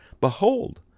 Behold